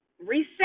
reset